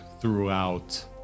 throughout